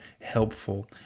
helpful